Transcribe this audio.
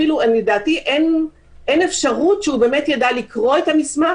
לדעתי אפילו אין אפשרות שהוא באמת ידע לקרוא את המסמך,